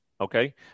Okay